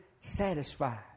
satisfied